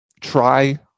try